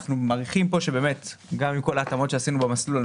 ואנחנו מעריכים שעם כל ההתאמות שעשינו במסלול,